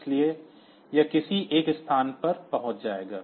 इसलिए यह किसी एक स्थान पर पहुंच जाएगा